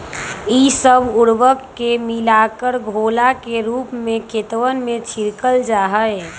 ई सब उर्वरक के मिलाकर घोला के रूप में खेतवन में छिड़कल जाहई